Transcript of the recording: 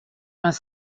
vingt